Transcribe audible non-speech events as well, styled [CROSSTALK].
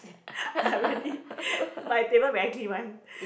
[LAUGHS] really my table very clean one